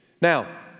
Now